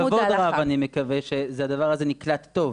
ובכבוד רב, אני מקווה שהדבר הזה נקלט טוב,